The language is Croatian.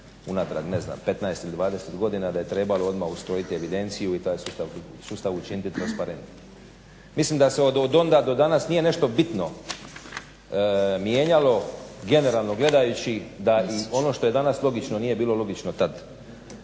unatrag 15 ili 20 godina da je trebalo odmah ustrojiti evidenciju i taj sustav učiniti transparentnim. Mislim da se od onda do danas nije nešto bitno mijenjalo, generalno gledajući da i ono što je danas logično nije bilo logično tad.